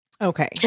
Okay